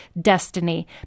destiny